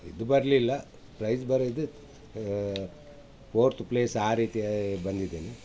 ಇದು ಬರಲಿಲ್ಲ ಪ್ರೈಸ್ ಬರೋದು ಫೋರ್ತ್ ಪ್ಲೇಸ್ ಆ ರೀತಿ ಬಂದಿದ್ದೇನೆ